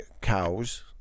cows